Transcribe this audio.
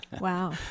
Wow